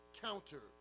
counter